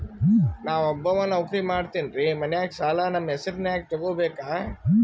ನಾ ಒಬ್ಬವ ನೌಕ್ರಿ ಮಾಡತೆನ್ರಿ ಮನ್ಯಗ ಸಾಲಾ ನಮ್ ಹೆಸ್ರನ್ಯಾಗ ತೊಗೊಬೇಕ?